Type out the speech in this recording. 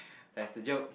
pass the joke